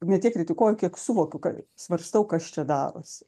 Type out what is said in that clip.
ne tiek kritikuoju kiek suvokiu ka svarstau kas čia darosi